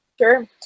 Sure